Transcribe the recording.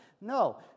No